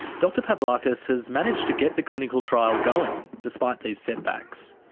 dr pavlakis has managed to get the clinical trial going despite these setbacks.